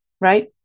right